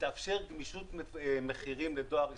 תתאפשר גמישות מחירים לדואר ישראל,